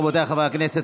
רבותיי חברי הכנסת,